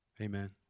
Amen